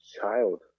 child